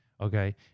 okay